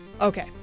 Okay